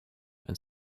and